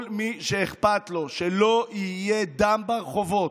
כל מי שאכפת לו שלא יהיה דם ברחובות,